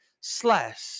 slash